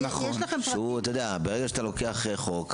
ברגע שאתה לוקח חוק,